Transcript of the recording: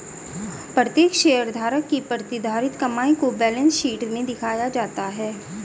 प्रत्येक शेयरधारक की प्रतिधारित कमाई को बैलेंस शीट में दिखाया जाता है